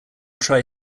try